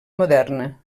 moderna